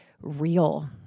real